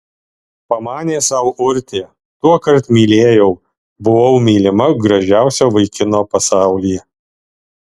pamanė sau urtė tuokart mylėjau buvau mylima gražiausio vaikino pasaulyje